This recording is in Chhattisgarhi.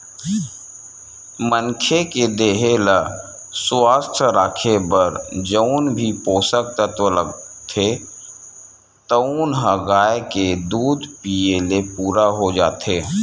मनखे के देहे ल सुवस्थ राखे बर जउन भी पोसक तत्व लागथे तउन ह गाय के दूद पीए ले पूरा हो जाथे